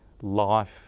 life